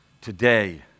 Today